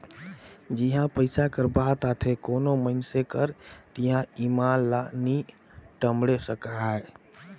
जिहां पइसा कर बात आथे कोनो मइनसे कर तिहां ईमान ल नी टमड़े सकाए